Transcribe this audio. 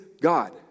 God